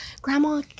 grandma